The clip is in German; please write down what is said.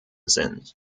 sind